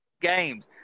games